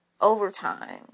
overtime